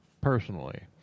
personally